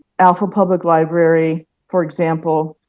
alpha public library, for example.